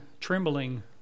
trembling